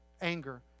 anger